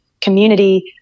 community